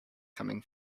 coming